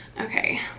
okay